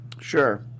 Sure